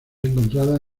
encontrada